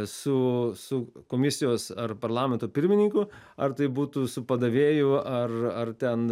su su komisijos ar parlamento pirmininku ar tai būtų su padavėju ar ar ten